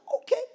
okay